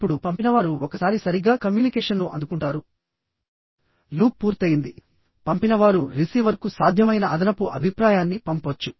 ఇప్పుడు పంపినవారు ఒకసారి సరిగ్గా కమ్యూనికేషన్ను అందుకుంటారు లూప్ పూర్తయింది పంపినవారు రిసీవర్కు సాధ్యమైన అదనపు అభిప్రాయాన్ని పంపవచ్చు